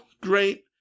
great